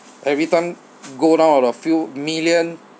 everytime go down of a few million